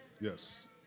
yes